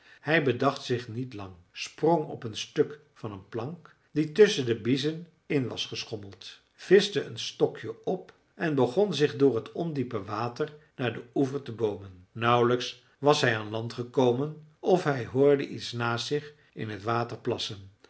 hij bedacht zich niet lang sprong op een stuk van een plank die tusschen de biezen in was geschommeld vischte een stokje op en begon zich door het ondiepe water naar den oever te boomen nauwelijks was hij aan land gekomen of hij hoorde iets naast zich in t water plassen